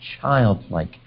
childlike